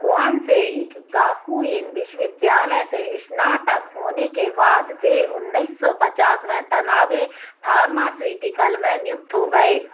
Kwansei Gakuin विश्वविद्यालय से स्नातक होने के बाद वे उन्नीस सौ पचास में तनाबे फार्मास्युटिकल में नियुक्त हो गए